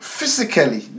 Physically